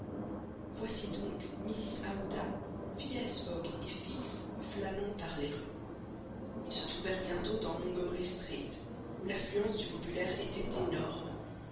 voici donc mrs aouda phileas fogg et fix flânant par les rues ils se trouvèrent bientôt dans montgommery street où l'affluence du populaire était énorme